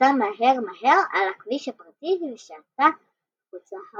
שנסעה מהר מהר על הכביש הפרטי ושעטה החוצה,